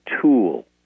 tool